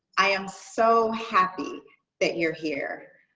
i am so happy that you're here.